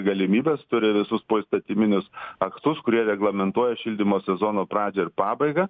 galimybes turi visus poįstatyminius aktus kurie reglamentuoja šildymo sezono pradžią ir pabaigą